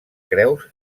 creus